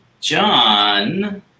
john